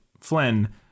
Flynn